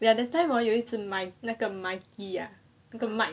ya that time hor 有一直买哪个 mike 啊那个 mike